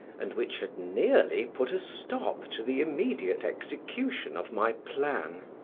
and which had nearly put a stop to the immediate execution of my plan.